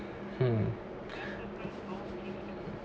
mm